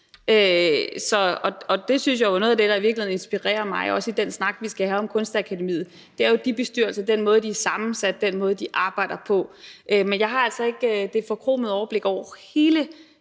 også, at noget af det, der inspirerer mig i den snak, vi skal have om Kunstakademiet, er de bestyrelser og den måde, de er sammensat på, og den måde, de arbejder på. Men jeg har altså ikke det forkromede overblik over hele